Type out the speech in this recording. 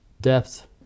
depth